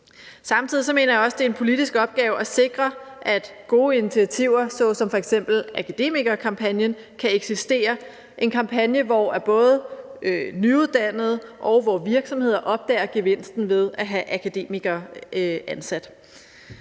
Samtidig mener jeg også, at det er en politisk opgave at sikre, at gode initiativer som f.eks. Akademikerkampagnen kan eksistere – en kampagne, hvor både nyuddannede og virksomheder opdager gevinsten ved at have akademikere ansat.